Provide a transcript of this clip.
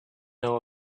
know